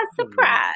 surprise